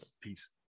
Peace